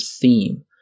theme